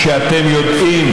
כשאתם יודעים,